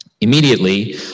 Immediately